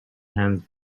hands